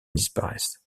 disparaisse